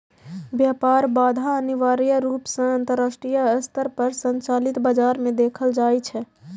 व्यापार बाधा अनिवार्य रूप सं अंतरराष्ट्रीय स्तर पर संचालित बाजार मे देखल जाइ छै